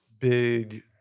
big